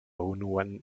unuan